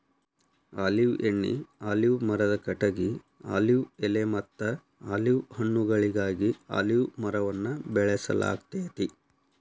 olive ಎಣ್ಣಿ, olive ಮರದ ಕಟಗಿ, ಆಲಿವ್ ಎಲೆಮತ್ತ ಆಲಿವ್ ಹಣ್ಣುಗಳಿಗಾಗಿ ಅಲಿವ್ ಮರವನ್ನ ಬೆಳಸಲಾಗ್ತೇತಿ